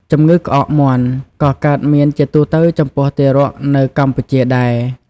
ជម្ងឺក្អកមាន់ ក៏កើតមានជាទូទៅចំពោះទារកនៅកម្ពុជាដែរ។